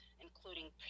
Including